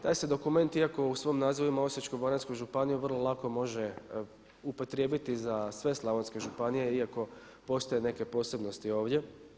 Taj se dokument iako u svom nazivu ima Osječko-baranjsku županiju vrlo lako može upotrijebiti za sve slavonske županije iako postoje neke posebnosti ovdje.